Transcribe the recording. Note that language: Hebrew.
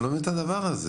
אני לא מבין את הדבר הזה,